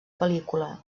pel·lícula